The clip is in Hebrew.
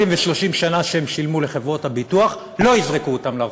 ו-30 שנה שהם שילמו לחברות הביטוח לא יזרקו אותם לרחוב,